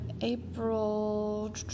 April